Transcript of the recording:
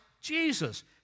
Jesus